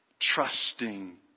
Trusting